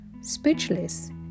speechless